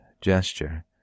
gesture